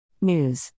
News